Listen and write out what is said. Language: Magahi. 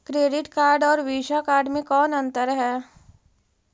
क्रेडिट कार्ड और वीसा कार्ड मे कौन अन्तर है?